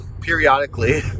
periodically